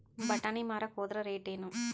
ಬಟಾನಿ ಮಾರಾಕ್ ಹೋದರ ರೇಟೇನು?